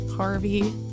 Harvey